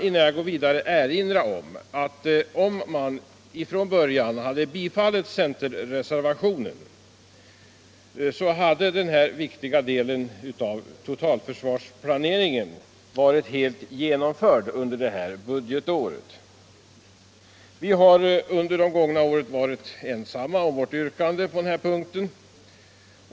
Innan jag går vidare vill jag erinra om att om riksdagen från början hade bifallit centerreservationen, hade denna viktiga del av totalförsvarsplaneringen varit helt genomförd under detta budgetår. Under de gångna åren har vi från centern varit ensamma om vårt yrkande på denna punkt.